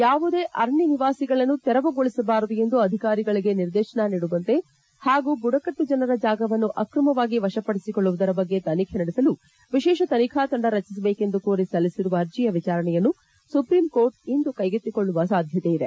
ಯಾವುದೇ ಅರಣ್ನ ನಿವಾಸಿಗಳನ್ನು ತೆರವುಗೊಳಿಸಬಾರದು ಎಂದು ಅಧಿಕಾರಿಗಳಿಗೆ ನಿರ್ದೇತನ ನೀಡುವಂತೆ ಹಾಗೂ ಬುಡಕಟ್ಲು ಜನರ ಜಾಗವನ್ನು ಅಕ್ರಮವಾಗಿ ವಶಪಡಿಸಿಕೊಳ್ಳುವುದರ ಬಗ್ಗೆ ತನಿಖೆ ನಡೆಸಲು ವಿಶೇಷ ತನಿಖಾ ತಂಡ ರಚಿಸಬೇಕು ಎಂದು ಕೋರಿ ಸಲ್ಲಿಸಿರುವ ಅರ್ಜಿಯ ವಿಚಾರಣೆಯನ್ನು ಸುಪ್ರಿಂಕೋರ್ಟ್ ಇಂದು ಕ್ಲೆಗೆತ್ತಿಕೊಳ್ಳುವ ಸಾಧ್ಯತೆ ಇದೆ